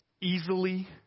easily